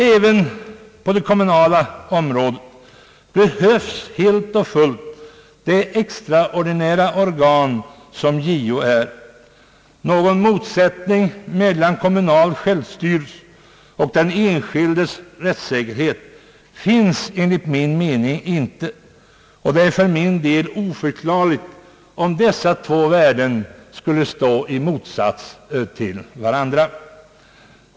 Även på det kommunala området behövs helt och fullt det extraordinära organ som JO är. Någon motsättning mellan kommunal självstyrelse och den enskildes rättssäkerhet finns enligt min mening inte, och jag finner det oförklarligt om dessa två värden skulle stå i motsats till varandra.